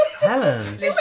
Helen